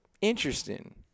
interesting